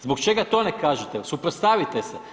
Zbog čega to ne kažete, suprotstavite se.